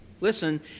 listen